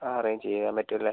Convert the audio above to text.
ആ അറേഞ്ച് ചെയ്യാൻ പറ്റുമല്ലേ